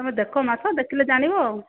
ତମେ ଦେଖ ମାଛ ଦେଖିଲେ ଜାଣିବ ଆଉ